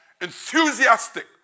enthusiastic